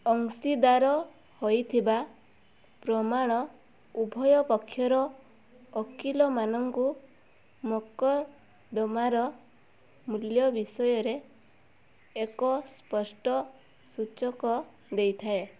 ଅଂଶୀଦାର ହୋଇଥିବା ପ୍ରମାଣ ଉଭୟ ପକ୍ଷର ଓକିଲମାନଙ୍କୁ ମକଦ୍ଦମାର ମୂଲ୍ୟ ବିଷୟରେ ଏକ ସ୍ପଷ୍ଟ ସୂଚକ ଦେଇଥାଏ